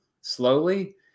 slowly